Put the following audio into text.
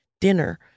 dinner